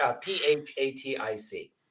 P-H-A-T-I-C